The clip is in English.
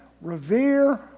revere